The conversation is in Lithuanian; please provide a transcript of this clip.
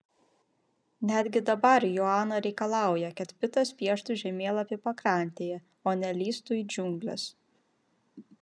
netgi dabar joana reikalauja kad pitas pieštų žemėlapį pakrantėje o ne lįstų į džiungles